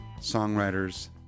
songwriters